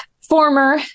former